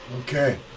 Okay